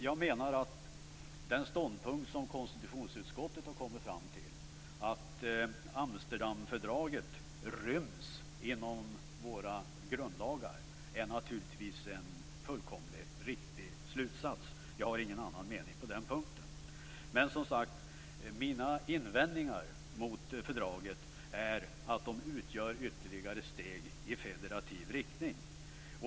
Jag menar att den ståndpunkt som KU har kommit fram till, att Amsterdamfördraget ryms inom våra grundlagar, naturligtvis är en fullkomligt riktig slutsats. Jag har ingen annan mening på den punkten. Min invändning mot fördraget är som sagt att det utgör ytterligare ett steg i federativ riktning.